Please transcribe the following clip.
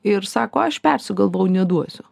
ir sako aš persigalvojau neduosiu